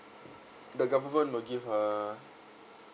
the government will give a